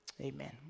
Amen